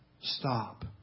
stop